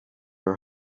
your